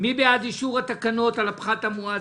מי בעד אישור התקנות על הפחת המואץ,